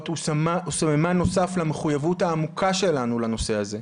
הוא סממן נוסף למחוייבות העמוקה שלנו לנושא הזה.